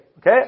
okay